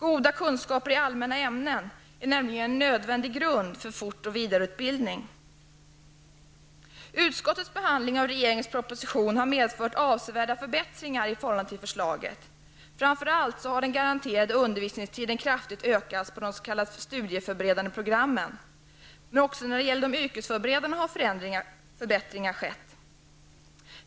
Goda kunskaper i allmänna ämnen är nämligen en nödvändig grund för fort och vidareutbildning. Utskottets behandling av regeringens proposition har medfört avsevärda förbättringar i förhållande till förslaget. Framför allt har den garanterade undervisningstiden kraftigt ökats på de s.k. studieförberedande programmen, men också när det gäller de yrkesförberedande har förbättringar skett.